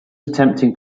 attempting